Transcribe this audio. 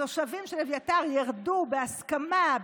התושבים של אביתר ירדו בהסכמה,